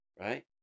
right